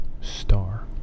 Star